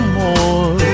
more